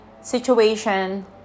situation